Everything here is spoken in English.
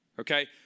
okay